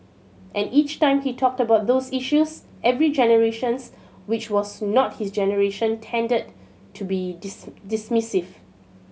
and each time he talked about those issues every generation which was not his generation tended to be dismissive